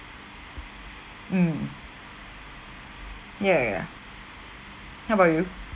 mm ya ya how about you